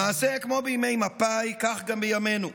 למעשה, כמו בימי מפא"י כך גם בימינו,